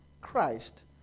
Christ